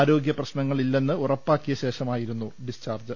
ആരോഗൃപ്രശ്നങ്ങൾ ഇല്ലെന്ന് ഉറപ്പാക്കിയശേഷമാ യിരുന്നു ഡിസ്ചാർജ്